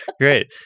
Great